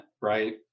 right